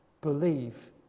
believe